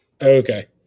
okay